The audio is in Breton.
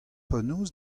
penaos